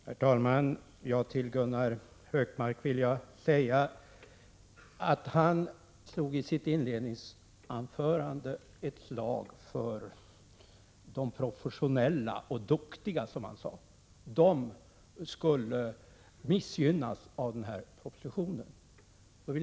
Herr talman! Till Gunnar Hökmark vill jag säga följande. Han slog i sitt inledningsanförande ett slag för de professionella och de duktiga, som han kallade dem. Han sade att de skulle missgynnas av denna proposition.